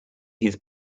his